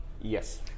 Yes